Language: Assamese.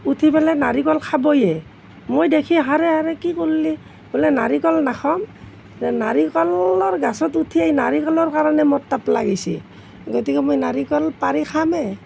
উঠি পেলাই নাৰিকল খাবয়ে মই দেখি হাৰে হাৰে কি কৰিলি বোলে নাৰিকল নাখাম নাৰিকলৰ গছত উঠিয়েই নাৰিকলৰ কাৰণে মোৰ তাপলা গৈছে গতিকে মই নাৰিকল পাৰি খামেই